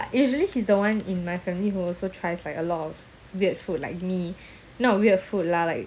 usually she's the one in my family who also tries like a lot of weird food like me not weird food lah like